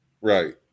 Right